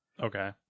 okay